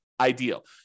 ideal